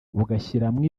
ugashyiramo